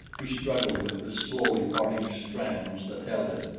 he struggled with the slowly parting strands that held him.